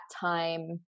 time